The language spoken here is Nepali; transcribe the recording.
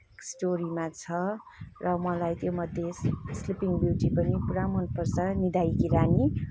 स्टोरीमा छ र मलाई त्योमध्ये स्लिपिङ ब्युटी पनि पुरा मनपर्छ निदाएकी रानी